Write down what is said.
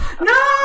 No